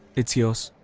it's yours.